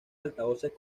altavoces